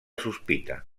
sospita